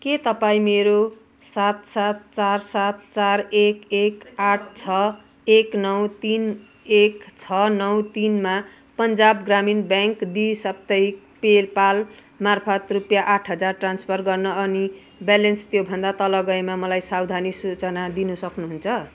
के तपाईँ मेरो सात सात चार सात चार एक एक आठ छ एक नौ तिन एक छ नौ तिनमा पन्जाब ग्रामीण ब्याङ्क द्वि साप्ताहिक पे पाल मार्फत् रुपियाँ आठ हजार ट्रान्सफर गर्न अनि ब्यालेन्स त्योभन्दा तल गएमा मलाई सावधानी सूचना दिन सक्नुहुन्छ